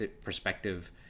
perspective